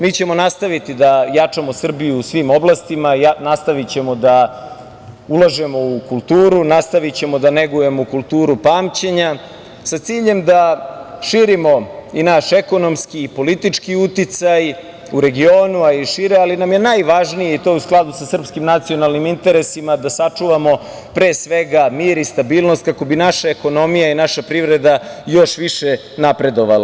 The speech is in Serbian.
Mi ćemo nastaviti da jačamo Srbiju u svim oblastima, nastavićemo da ulažemo u kulturu, nastavićemo da negujemo kulturu pamćenja, a sa ciljem da širimo i naš ekonomski i politički uticaj u regionu, a i šire, ali nam je najvažnije, i to u skladu sa srpskim nacionalnim interesima, da sačuvamo mir i stabilnost kako bi naša ekonomija i naša privreda još više napredovala.